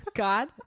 God